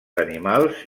animals